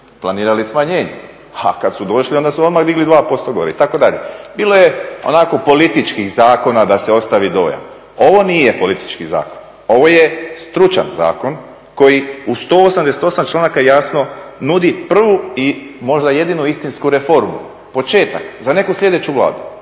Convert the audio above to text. planirali smanjenje, a kad su došli onda su odmah digli 2% gore itd. Bilo je onako političkih zakona da se ostavi dojam. Ovo nije politički zakon, ovo je stručan zakon koji u 188. članaka jasno nudi prvu i možda jedinu istinsku reformu, početak za neku sljedeću Vladu